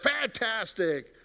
fantastic